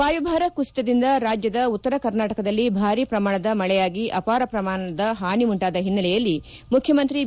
ವಾಯುಭಾರ ಕುಸಿತದಿಂದ ರಾಜ್ಯದ ಉತ್ತರ ಕರ್ನಾಟಕದಲ್ಲಿ ಭಾರೀ ಪ್ರಮಾಣದ ಮಳೆಯಾಗಿ ಅಪಾರ ಪ್ರಮಾಣದ ಹಾನಿ ಉಂಟಾದ ಓನ್ನಲೆಯಲ್ಲಿ ಮುಖ್ಯಮಂತ್ರಿ ಬಿ